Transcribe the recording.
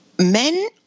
men